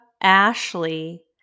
Ashley